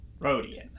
Rodian